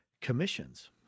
commissions